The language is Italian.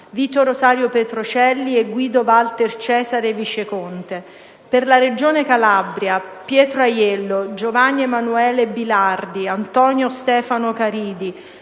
Vito Rosario Petrocelli e Guido Walter Cesare Viceconte; per la Regione Calabria: Pietro Aiello, Giovanni Emanuele Bilardi, Antonio Stefano Caridi,